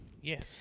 Yes